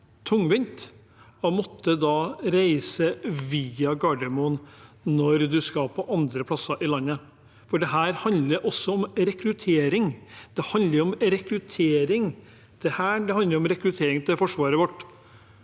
jeg si, å måtte reise via Gardermoen når en skal til andre plasser i landet. Dette handler også om rekruttering. Det handler om rekruttering til Hæren, det handler om rekruttering til Forsvaret vårt,